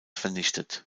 vernichtet